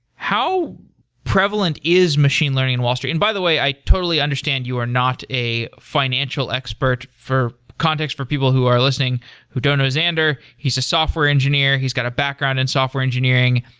how prevalent is machine learning in wall street? by the way, i totally understand, you are not a financial expert. for context for people who are listening who don't know xander, he's a software engineer. he's got a background in software engineering.